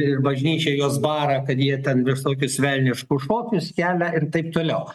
ir bažnyčia juos bara kad jie ten visokius velniškus šokius kelia ir taip toliau